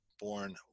born